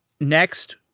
Next